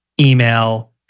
email